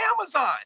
Amazon